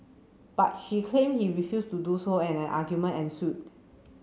but she claimed he refused to do so and an argument ensued